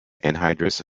anhydrous